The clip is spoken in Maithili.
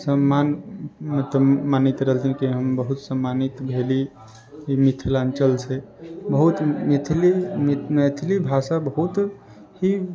सम्मान मतलब मानैत रहलथिन कि हँ हम बहुत सम्मानित भेलीह जे मिथिलाञ्चलसँ बहुत मैथिली मैथिली भाषा बहुत हि